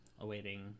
awaiting